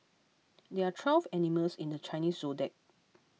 there are twelve animals in the Chinese zodiac